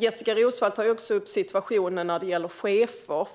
Jessika Roswall tar också upp situationen när det gäller chefer.